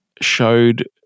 showed